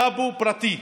טאבו פרטי.